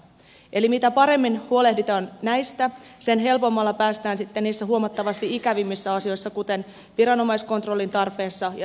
eli mitä paremmin huolehditaan näistä sen helpommalla päästään sitten niissä huomattavasti ikävämmissä asioissa kuten viranomaiskontrollin tarpeessa ja sanktioissa